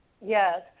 Yes